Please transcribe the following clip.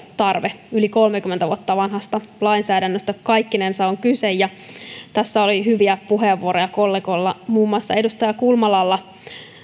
tarve yli kolmekymmentä vuotta vanhasta lainsäädännöstä kaikkinensa on kyse tässä oli hyviä puheenvuoroja kollegoilla muun muassa edustaja kulmalalla